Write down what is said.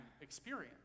experience